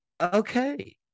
okay